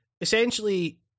essentially